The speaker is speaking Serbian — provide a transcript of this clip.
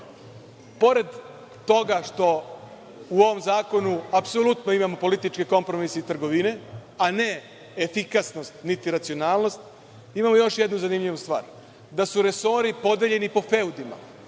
pored toga što u ovom zakonu apsolutno imamo političkog kompromisa i trgovine, a ne efikasnost niti racionalnost, imao još jednu zanimljivu stvar, da su resori podeljeni po feudima,